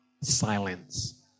Silence